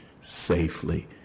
safely